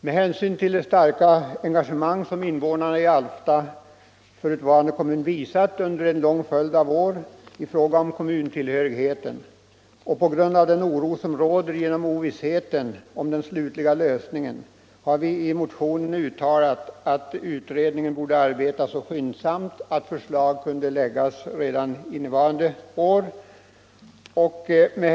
Med hänsyn till det starka engagemang som invånarna i Alfta förutvarande kommun visat under en lång följd av år i fråga om kommuntillhörigheten och på grund av den oro som råder genom ovissheten om den slutliga lösningen har vi i motionen uttalat att utredningen borde arbeta så skyndsamt, att förslag kunde läggas fram redan under 1975.